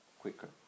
quicker